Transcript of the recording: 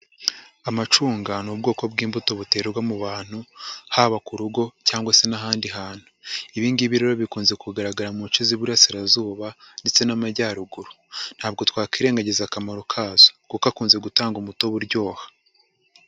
Amacunga ni ubwoko bw'imbuto buterwa mu bantu, haba ku rugo cyangwa se n'ahandi hantu, ibi ngibi rero bikunze kugaragara mu nce z'Iburasirazuba ndetse n'Amajyaruguru, ntabwo twakwirengagiza akamaro kazo kuko akunze gutanga umutobe uryoha.